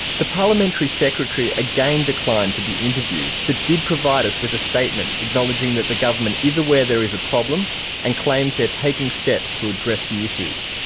the parliamentary secretary again declined to be interviewed but did provide us with a statement acknowledging that the government is aware there is a problem and claims they are taking steps to address the issues.